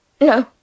No